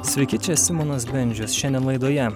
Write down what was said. sveiki čia simonas bendžius šiandien laidoje